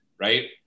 right